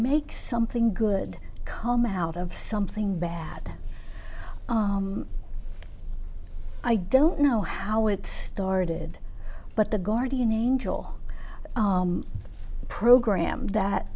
make something good come out of something bad i don't know how it started but the guardian angel program that